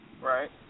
Right